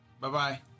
Bye-bye